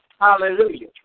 Hallelujah